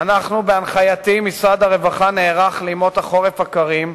נערך משרד הרווחה בהנחייתי לימות החורף הקרים.